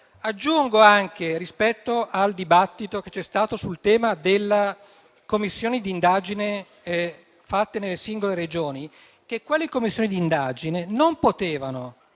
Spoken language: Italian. Aggiungo anche, rispetto al dibattito che c'è stato sul tema delle commissioni di indagine fatte nelle singole Regioni, che quelle commissioni non potevano